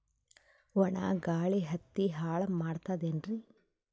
ಒಣಾ ಗಾಳಿ ಹತ್ತಿ ಹಾಳ ಮಾಡತದೇನ್ರಿ?